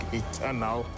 eternal